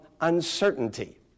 uncertainty